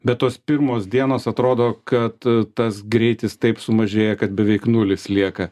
bet tos pirmos dienos atrodo kad tas greitis taip sumažėja kad beveik nulis lieka